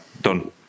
Done